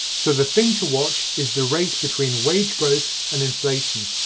so the thing to watch is the race between wage growth and inflation.